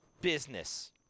business